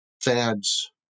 fads